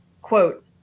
Quote